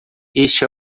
este